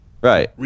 Right